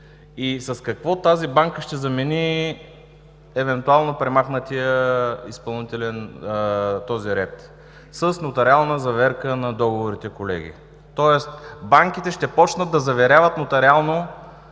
С какво тази банка ще замени евентуално премахнатия този ред? С нотариална заверка на договорите, колеги, тоест банките ще започнат да заверяват нотариално